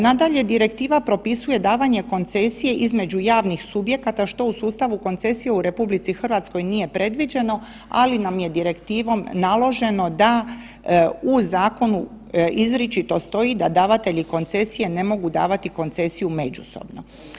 Nadalje, direktiva propisuje davanje koncesije između javnih subjekata što u sustavu koncesije u RH nije predviđeno, ali nam je direktivom naloženo da u zakonu izričito stoji da davatelji koncesije ne mogu davati koncesiju međusobno.